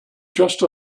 just